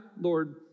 Lord